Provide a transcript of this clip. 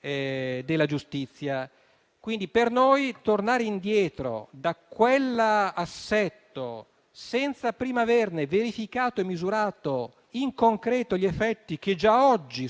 della giustizia. Per noi tornare indietro da quell'assetto senza prima averne verificato e misurato in concreto gli effetti, che già oggi